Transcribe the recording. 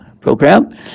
program